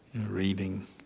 reading